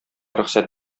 рөхсәт